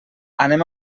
anem